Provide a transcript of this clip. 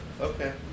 Okay